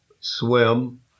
swim